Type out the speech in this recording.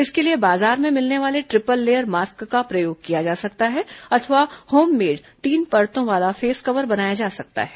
इसके लिए बाजार में मिलने वाले ट्रिपल लेयर मास्क का प्रयोग किया जा सकता है अथवा होम मेड तीन परतों वाला फेस कवर बनाया जा सकता है